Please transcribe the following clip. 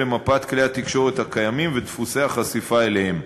למפת כלי התקשורת הקיימים ודפוסי החשיפה אליהם.